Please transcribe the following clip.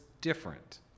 different